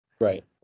Right